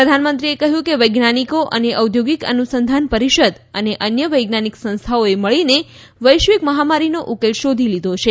પ્રધાનમંત્રીએ કહ્યું કે વૈજ્ઞાનિકો અને ઔદ્યોગિક અનુસંધાન પરિષદ અને અન્ય વૈજ્ઞાનિક સંસ્થાઓએ મળીને વૈશ્વિક મહામારીનો ઉકેલ શોધી લીધો છે